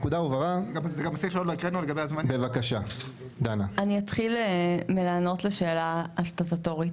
אני אתחיל מלענות לשאלה הסטטוטורית.